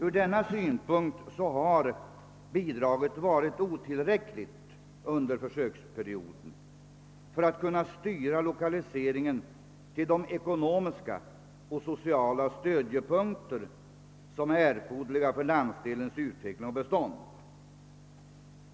Ur denna synpunkt har bidraget varit otillräckligt under försöksperioden för att kunna styra lokaliseringen till de ekonomiska och sociala stödjepunkter som är erforderliga för landsdelens utveckling och bestånd.